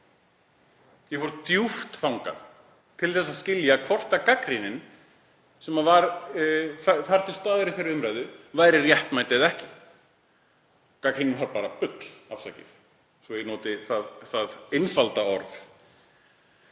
Ég fór djúpt í það til að skilja hvort gagnrýnin sem var til staðar í þeirri umræðu væri réttmæt eða ekki. Gagnrýnin var bara bull, svo ég noti það einfalda orð,